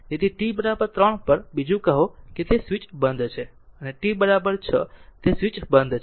તેથી t 3 પર બીજું કહો કે તે સ્વીચ બંધ છે અને t 6 તે સ્વીચ બંધ છે